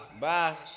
bye